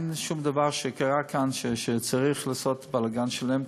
אין שום דבר שקרה כאן שצריך לעשות בלגן שלם,